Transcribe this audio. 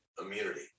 immunity